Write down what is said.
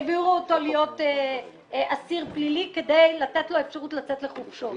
העבירו אותו להיות אסיר פלילי כדי לתת לו אפשרות לצאת לחופשות.